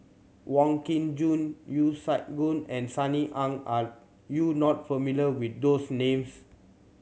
Wong Kin Jong Yeo Siak Goon and Sunny Ang are you not familiar with those names